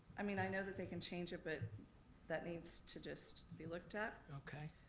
i mean, i know that they can change it but that needs to just be looked at. okay.